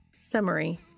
Summary